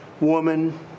woman